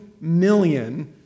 million